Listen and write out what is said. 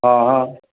हँ